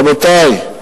רבותי,